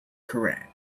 quran